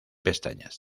pestañas